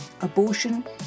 Abortion